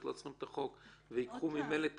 לא צריך את החוק וייקחו ממילא את